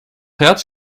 clouds